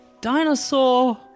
Dinosaur